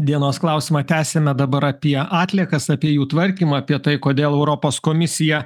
dienos klausimą tęsiame dabar apie atliekas apie jų tvarkymą apie tai kodėl europos komisija